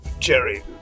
Jerry